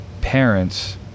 parents